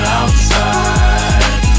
outside